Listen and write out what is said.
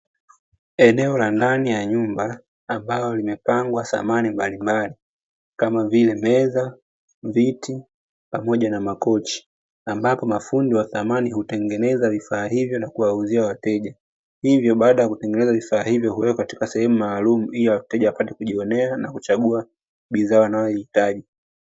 Eneo la ndani ya nyumba, ambalo limepangwa samani mbalimbali kama vile meza, viti pamoja na makochi, ambapo mafundi wa samani hutengeneza vifaa hivyo na kuwauzia wateja. Hivyo baada ya kutengeneza vifaa hivyo huwekwa katika sehemu maalumu ili wateja wapate kujionea na kuchagua bidhaa wanazohitaji.